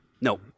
no